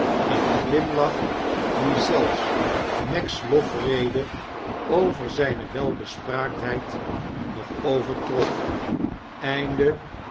een glimlach die zelfs meg's lofrede'over zijue welbespraaktlieid nog overtrof